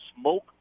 Smoke